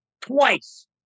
twice